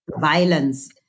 violence